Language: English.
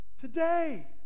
Today